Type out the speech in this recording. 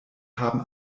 haben